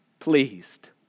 pleased